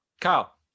Kyle